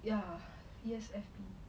ya E_S_F_P